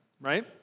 right